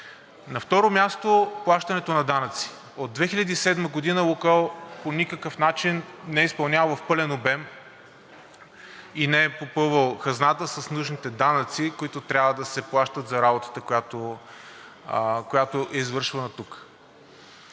На второ място, плащането на данъци. От 2007 г. „Лукойл“ по никакъв начин не е изпълнявал в пълен обем и не е попълвал хазната с нужните данъци, които трябва да се плащат за работата, която е извършвана тук.